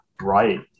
right